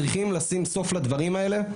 צריכים לשים סוף לדברים האלה.